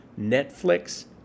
Netflix